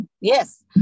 yes